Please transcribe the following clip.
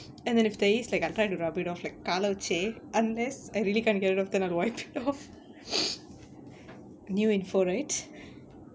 and then if there is like I try to rub it off like கால வெச்சு:kaala vechu unless I really can't get it off then I'll wipe it off new info right